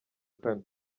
kane